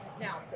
Now